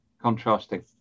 contrasting